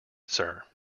sir